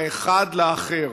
האחד לאחר.